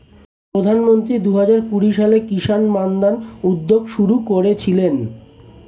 প্রধানমন্ত্রী দুহাজার কুড়ি সালে কিষান মান্ধান উদ্যোগ শুরু করেছিলেন